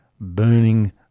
burning